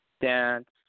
dance